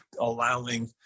allowing